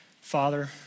Father